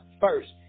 first